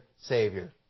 Savior